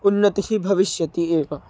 उन्नतिः भविष्यति एव